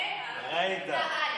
בישראל ערבית מכיתה א'.